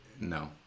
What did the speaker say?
no